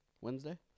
Wednesday